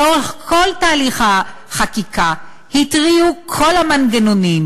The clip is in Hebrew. לאורך כל תהליך החקיקה התריעו כל המנגנונים